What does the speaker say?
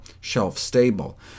shelf-stable